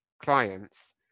clients